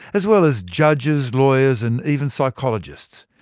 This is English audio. as well as judges, lawyers and even psychologists.